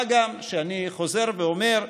מה גם שאני חוזר ואומר,